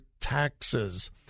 taxes